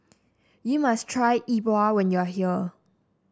you must try Yi Bua when you are here